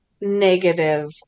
negative